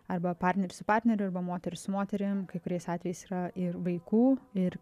arba partneris su partneriu arba moteris su moterim kai kuriais atvejais yra ir vaikų ir